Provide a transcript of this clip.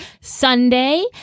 Sunday